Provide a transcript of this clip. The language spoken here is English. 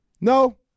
No